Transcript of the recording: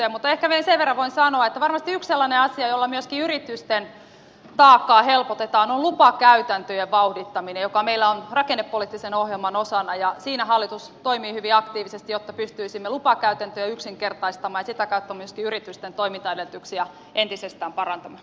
mutta ehkä minä sen verran voin sanoa että varmasti yksi sellainen asia jolla myöskin yritysten taakkaa helpotetaan on lupakäytäntöjen vauhdittaminen joka meillä on rakennepoliittisen ohjelman osana ja siinä hallitus toimii hyvin aktiivisesti jotta pystyisimme lupakäytäntöjä yksinkertaistamaan ja sitä kautta myöskin yritysten toimintaedellytyksiä entisestään parantamaan